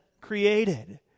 created